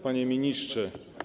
Panie Ministrze!